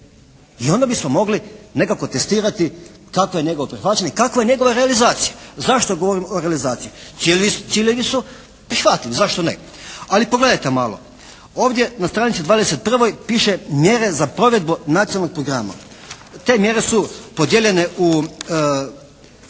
i onda bismo mogli nekako testirati kakvo je njegovo prihvaćanje, kakva je njegova realizacija. Zašto govorim o realizaciji? Ciljevi su prihvatljivi, zašto ne. Ali pogledajte malo. Ovdje na stranici 21. piše mjere za provedbu nacionalnog programa. Te mjere su podijeljene u